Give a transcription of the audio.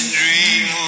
dream